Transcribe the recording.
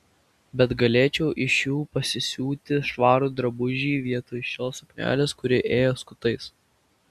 bet galėčiau iš jų pasisiūti švarų drabužį vietoj šios suknelės kuri ėjo skutais